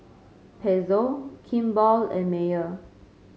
Pezzo Kimball and Mayer